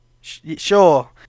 Sure